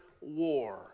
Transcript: war